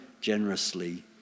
generously